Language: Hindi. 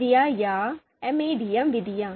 विधियाँ या MADM विधियाँ